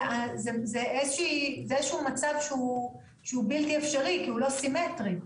זה איזשהו מצב שהוא בלתי אפשרי כי הוא לא סימטרי.